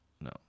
no